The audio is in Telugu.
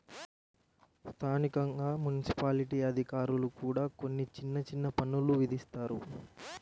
స్థానికంగా మున్సిపాలిటీల్లోని అధికారులు కూడా కొన్ని చిన్న చిన్న పన్నులు విధిస్తారు